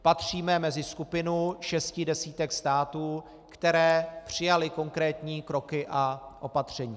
Patříme mezi skupinu šesti desítek států, které přijaly konkrétní kroky a opatření.